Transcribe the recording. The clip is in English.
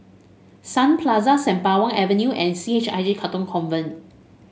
Sun Plaza Sembawang Avenue and C H I J Katong Convent